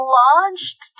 launched